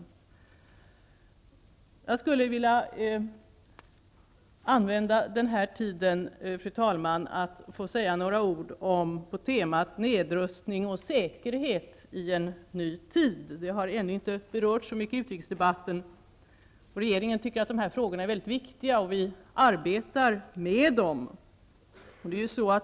Fru talman! Jag skulle vilja använda den här tiden för att säga några ord beträffande temat nedrustning och säkerhet i en ny tid. Detta har ännu inte berörts så mycket i utrikesdebatten. Regeringen tycker att dessa frågor är mycket viktiga, och vi arbetar med dem.